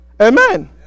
Amen